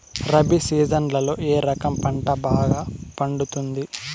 రబి సీజన్లలో ఏ రకం పంట బాగా పండుతుంది